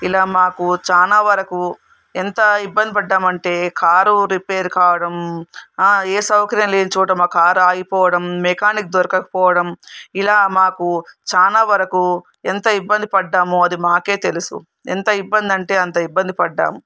ఇలా మాకు చాలా వరకు ఎంత ఇబ్బంది పడ్డామంటే కారు రిపేరు కావడం ఏ సౌకర్యం లేని చోట మా కారు ఆగిపోవడం మెకానిక్ దొరకకపోవడం ఇలా మాకు చాలా వరకు ఎంత ఇబ్బంది పడ్డాము అది మాకే తెలుసు ఎంత ఇబ్బంది అంటే అంత ఇబ్బంది పడ్డాము